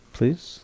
Please